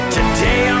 Today